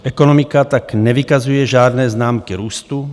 Ekonomika tak nevykazuje žádné známky růstu.